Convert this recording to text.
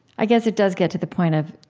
i guess it does get to the point of,